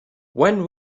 when